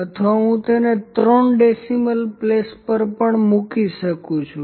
અથવા હું તેને ત્રણ ડેસિમલ પ્લેસ પર મૂકી શકું છું